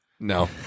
No